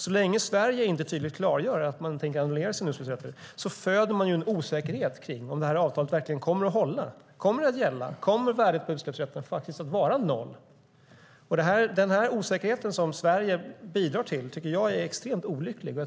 Så länge som Sverige inte tydligt klargör att man tänker annullera sina utsläppsrätter föder man en osäkerhet kring om avtalet verkligen kommer att gälla, om värdet på utsläppsrätterna faktiskt kommer att vara noll. Den osäkerhet som Sverige bidrar till tycker jag är extremt olycklig.